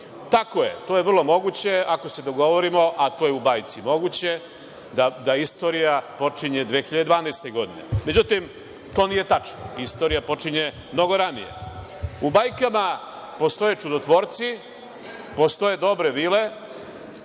Tako je. To je vrlo moguće, ako se dogovorimo, a to je u bajci moguće, da istorija počinje 2012. godine. Međutim, to nije tačno. Istorija počinje mnogo ranije.U bajkama postoje čudotvorci, postoje dobre vile,